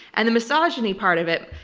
and the misogyny part of it,